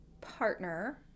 partner